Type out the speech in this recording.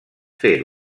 fer